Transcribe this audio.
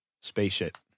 Spaceship